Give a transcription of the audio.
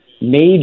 major